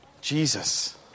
Jesus